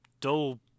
dull